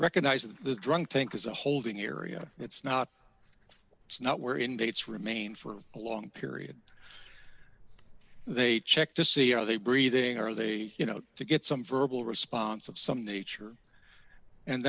recognize that the drunk tank is a holding area it's not it's not where he and dates remain for a long period they check to see how they breathing are they you know to get some verbal response of some nature and